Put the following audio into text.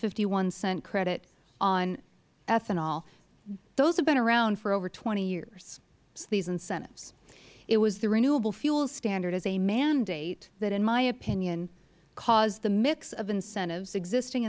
fifty one cent credit on ethanol those have been around for over twenty years these incentives it was the renewable fuel standard as a mandate that in my opinion caused the mix of incentives existing